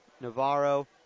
Navarro